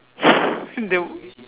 the